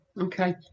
Okay